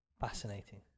fascinating